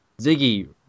Ziggy